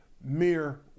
mere